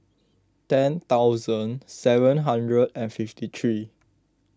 ten thousand seven hundred and fifty three